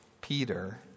Peter